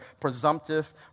presumptive